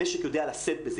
המשק יודע לשאת בזה.